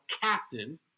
captain